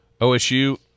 OSU